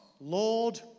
Lord